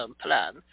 plan